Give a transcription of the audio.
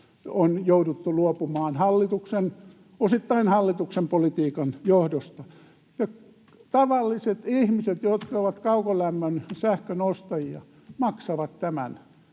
on jouduttu luopumaan osittain hallituksen politiikan johdosta. Tavalliset ihmiset, jotka ovat kaukolämmön, sähkön ostajia, maksavat tämän